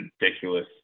ridiculous